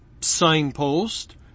signpost